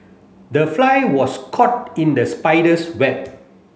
the fly was caught in the spider's web